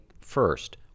first